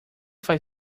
faz